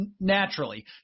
naturally